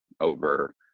over